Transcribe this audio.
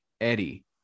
eddie